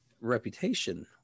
reputation